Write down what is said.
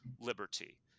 liberty